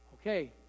okay